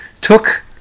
took